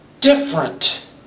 different